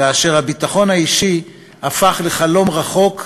כאשר הביטחון האישי הפך לחלום רחוק,